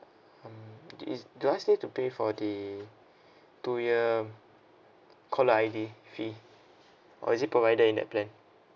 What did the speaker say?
um it's do I still need to pay for the two year caller I_D fee or is it provided in that plan